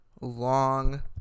long